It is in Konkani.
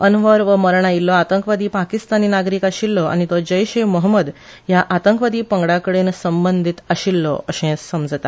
अन्वर हो मरण आयिल्लो आतंकवादी पाकिस्तानी नागरीक आशिल्लो आनी तो जैश ये मोहमद हया आतंवादी पंगडा कडेन संबंधीत आशिल्लो असे समजता